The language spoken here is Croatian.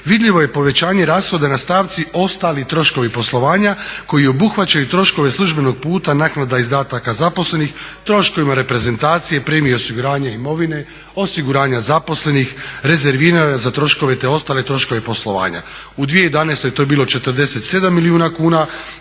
vidljivo je povećanje rashoda na stavci ostali troškovi poslovanja koji obuhvaćaju troškove službenog puta, naknada izdataka zaposlenih, troškovima reprezentacije, premije osiguranja imovine, osiguranja zaposlenih rezervirane za troškove te ostale troškove poslovanja. U 2011.to je bilo 47 milijuna kuna,